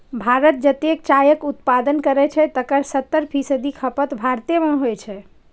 भारत जतेक चायक उत्पादन करै छै, तकर सत्तर फीसदी खपत भारते मे होइ छै